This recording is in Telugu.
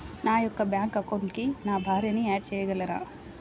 నా యొక్క బ్యాంక్ అకౌంట్కి నా భార్యని యాడ్ చేయగలరా?